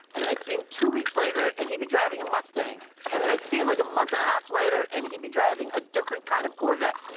and then i'd see him two weeks later, and he'd be driving a mustang. and then i'd see him like a month and a half later, and he'd be driving a different kind of corvette.